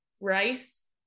rice